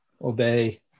obey